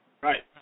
Right